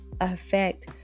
affect